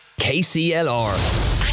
KCLR